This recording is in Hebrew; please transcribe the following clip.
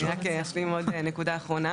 רק אשלים עוד נקודה אחרונה,